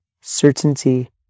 certainty